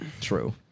true